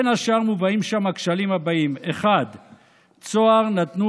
בין השאר מובאים שם הכשלים הבאים: 1. צהר נתנו